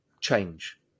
change